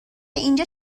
اینجا